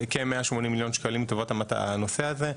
180 מיליון שקלים לטובת הנושא הזה,